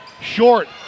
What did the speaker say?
short